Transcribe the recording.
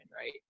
right